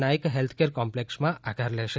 નાયક healthcare કોમ્પ્લેક્ષમા આકાર લેશે